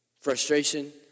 frustration